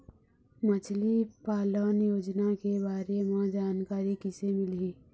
मछली पालन योजना के बारे म जानकारी किसे मिलही?